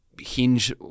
hinge